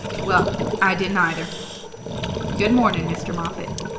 well i didn't either good morning, mr. moffatt.